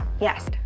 Yes